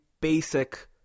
basic